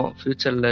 future